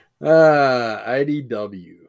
IDW